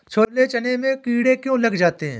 छोले चने में कीड़े क्यो लग जाते हैं?